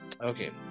Okay